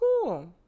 cool